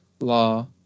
law